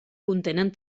contenen